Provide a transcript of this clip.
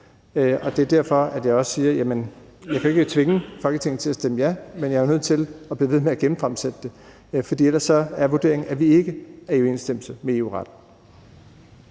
Det er derfor, at jeg også siger, at jeg jo ikke kan tvinge Folketinget til at stemme ja, men at jeg er nødt til at blive ved med at genfremsætte lovforslaget, for ellers er vurderingen, at vi ikke er i overensstemmelse med EU-retten.